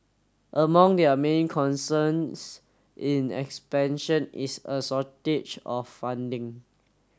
among their main concerns in expansion is a shortage of funding